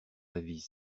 avis